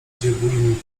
dziewulinki